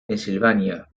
pensilvania